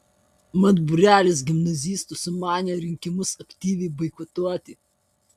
mat būrelis gimnazistų sumanė rinkimus aktyviai boikotuoti